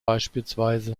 bspw